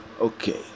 okay